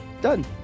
done